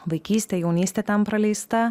vaikystė jaunystė ten praleista